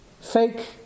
fake